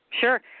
sure